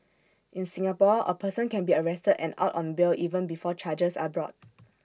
in Singapore A person can be arrested and out on bail even before charges are brought